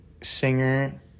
singer